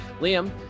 liam